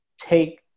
take